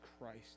Christ